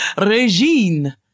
Regine